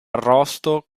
arrosto